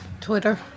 Twitter